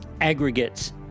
aggregates